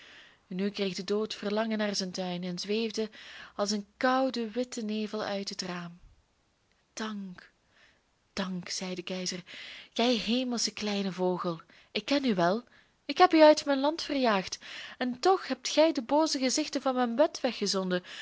nu kreeg de dood verlangen naar zijn tuin en zweefde als een koude witte nevel uit het raam dank dank zei de keizer gij hemelsche kleine vogel ik ken u wel ik heb u uit mijn land verjaagd en toch hebt gij de booze gezichten van mijn bed